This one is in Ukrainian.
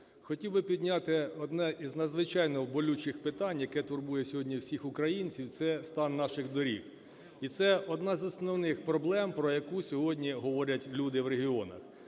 Хотів би підняти одне із надзвичайно болючих питань, яке турбує сьогодні всіх українців, – це стан наших доріг. І це одна із основних проблем, про яку сьогодні говорять люди в регіонах.